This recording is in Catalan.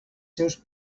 seus